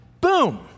boom